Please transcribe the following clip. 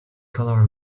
color